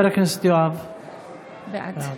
בעד